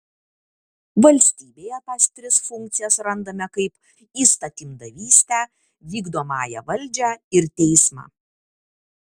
valstybėje tas tris funkcijas randame kaip įstatymdavystę vykdomąją valdžią ir teismą